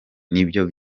nibyo